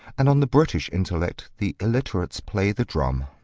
and on the british intellect the illiterates play the drum.